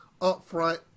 upfront